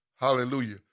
Hallelujah